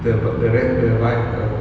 the v~ the rig~ the vi~ err